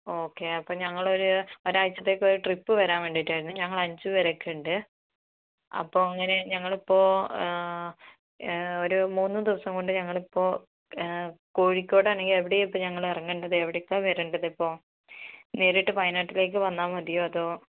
okay അപ്പോൾ ഞങ്ങൾ ഒരു ഒരാഴ്ചത്തേക്ക് ഒരു ട്രിപ്പ് വരാന് വേണ്ടിയിട്ടായിരുന്നേ ഞങ്ങള് അഞ്ച് പേരൊക്കെ ഉണ്ട് അപ്പോൾ എങ്ങനെ ഞങ്ങളിപ്പോൾ ഒരു മൂന്ന് ദിവസം കൊണ്ട് ഞങ്ങളിപ്പോൾ കോഴിക്കോട് ആണെങ്കില് എവിടെയാണ് ഇപ്പോൾ ഞങ്ങള് ഇറങ്ങേണ്ടത് എവിടേക്കാണ് വരേണ്ടത് ഇപ്പോൾ നേരിട്ട് വയനാട്ടിലേക്ക് വന്നാൽ മതിയോ അതോ